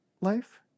life